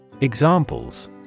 Examples